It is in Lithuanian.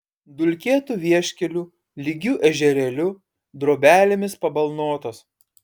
dulkėtu vieškeliu lygiu ežerėliu drobelėmis pabalnotas